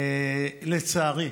לצערי,